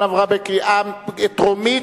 אתם רציניים?